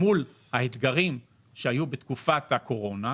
מול האתגרים שהיו בתקופת הקורונה,